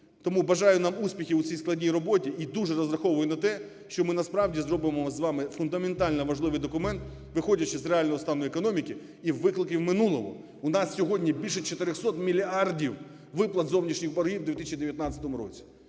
Тому бажаю нам успіхів у цій складній роботі і дуже розраховую на те, що ми насправді зробимо з вами фундаментально важливий документ, виходячи з реального стану економіки і викликів минулого. У нас сьогодні більше 400 мільярдів виплат зовнішніх боргів у 2019 році,